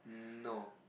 no